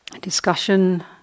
discussion